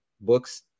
Books